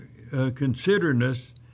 considerness